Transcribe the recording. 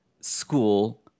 school